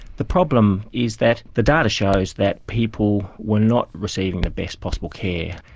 the problem is that the data shows that people were not receiving the best possible care.